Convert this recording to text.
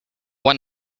one